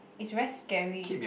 it's very scary